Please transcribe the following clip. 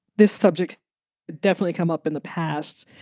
this subject definitely come up in the past.